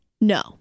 No